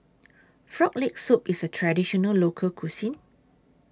Frog Leg Soup IS A Traditional Local Cuisine